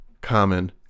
common